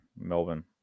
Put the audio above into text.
Melbourne